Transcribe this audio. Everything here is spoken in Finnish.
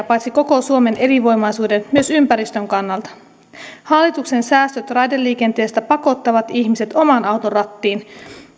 paitsi koko suomen elinvoimaisuuden myös ympäristön kannalta hallituksen säästöt raideliikenteestä pakottavat ihmiset oman auton rattiin